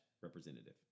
representative